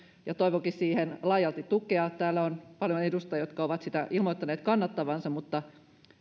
ja toivonkin siihen laajalti tukea täällä on paljon edustajia jotka ovat sitä ilmoittaneet kannattavansa mutta